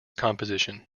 composition